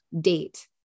date